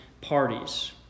parties